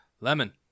Lemon